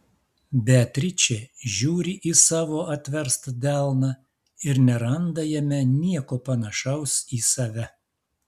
beatričė žiūri į savo atverstą delną ir neranda jame nieko panašaus į save